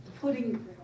putting